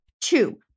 Two